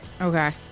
Okay